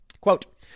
Quote